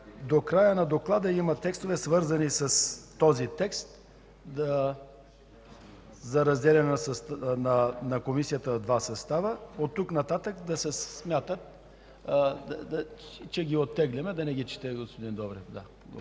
До края на доклада има текстове, свързани с този текст за разделяне на Комисията в два състава. От тук нататък да се смята, че ги оттегляме, да не ги чете господин Добрев.